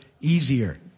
easier